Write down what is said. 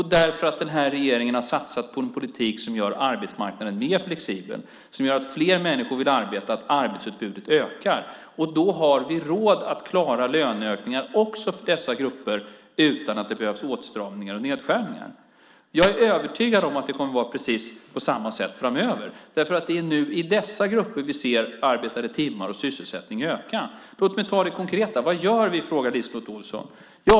Jo, för att den här regeringen har satsat på en politik som gör arbetsmarknaden mer flexibel, som gör att fler människor vill arbeta, att arbetsutbudet ökar. Då har vi råd att klara löneökningar också för dessa grupper utan att det behövs åtstramningar och nedskärningar. Jag är övertygad om att det kommer att vara precis på samma sätt framöver. Det är nu i dessa grupper vi ser arbetade timmar och sysselsättning öka. Låt mig ta det konkret. Vad gör vi? frågar LiseLotte Olsson.